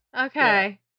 Okay